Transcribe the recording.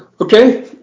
Okay